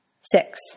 Six